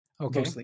Okay